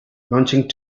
launching